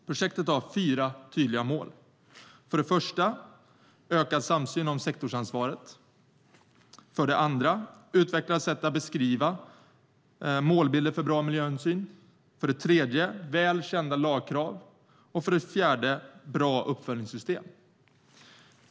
Projektet har fyra tydliga mål: för det första att öka samsynen om sektorsansvaret, för det andra att utveckla sätt att beskriva målbilder för bra miljöhänsyn, för det tredje att ha väl kända lagkrav och för det fjärde att ha bra uppföljningssystem.